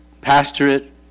pastorate